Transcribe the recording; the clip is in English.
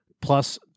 plus